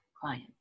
client